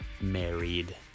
married